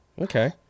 Okay